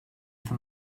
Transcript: for